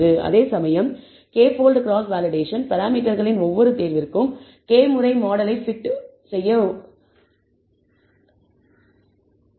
அதே சமயம் k fold cross validation பராமீட்டர்களின் ஒவ்வொரு தேர்விற்கும் k முறை மாடலை பிட் உருவாக்கவும்